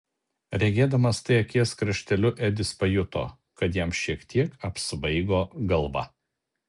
regėdamas tai akies krašteliu edis pajuto kad jam šiek tiek apsvaigo galva